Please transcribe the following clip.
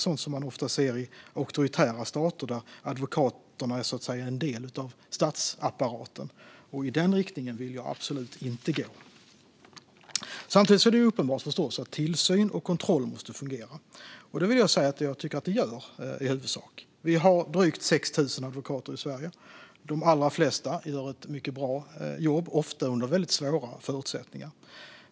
Sådant ser man ofta i auktoritära stater där advokaterna är en del av statsapparaten. I den riktningen vill jag absolut inte gå. Tillsyn och kontroll måste förstås fungera, vilket jag tycker att det i huvudsak gör. Vi har drygt 6 000 advokater i Sverige, och de allra flesta gör ett mycket bra jobb, ofta under svåra förutsättningar.